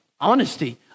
honesty